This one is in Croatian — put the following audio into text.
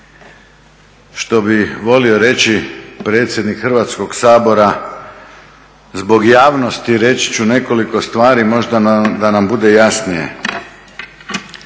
Što bi volio reći predsjednik Hrvatskog sabora, zbog javnosti reći ću nekoliko stvari, možda da nam bude jasnije.